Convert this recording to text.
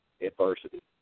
adversity